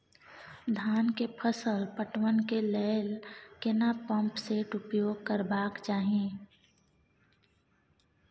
धान के फसल पटवन के लेल केना पंप सेट उपयोग करबाक चाही?